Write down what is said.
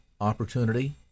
opportunity